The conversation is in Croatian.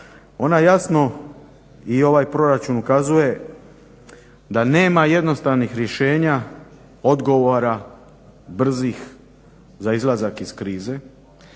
ona jasno i ovaj proračun ukazuje da nema jednostavnih rješenja, odgovora brzih za izlazak iz krize.